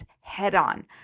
head-on